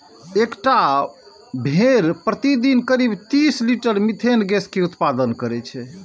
एकटा भेड़ प्रतिदिन करीब तीस लीटर मिथेन गैस के उत्पादन करै छै